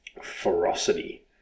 ferocity